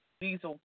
Diesel